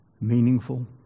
meaningful